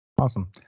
Awesome